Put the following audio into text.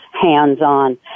hands-on